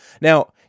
Now